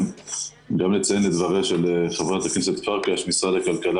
גם לציין לדבריה של חברת הכנסת פרקש הכהן משרד הכלכלה